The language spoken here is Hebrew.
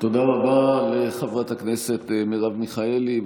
תודה רבה לחברת הכנסת מרב מיכאלי,